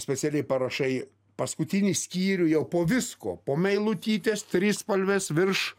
specialiai parašai paskutinį skyrių jau po visko po meilutytės trispalves virš